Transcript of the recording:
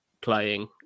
playing